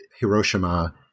Hiroshima